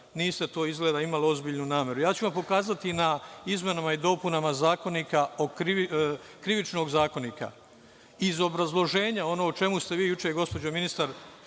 niste to izgleda imali ozbiljnu nameru. Ja ću vam pokazati na izmenama i dopunama Krivičnog zakonika iz obrazloženja, ono o čemu ste vi juče, gospođo ministar,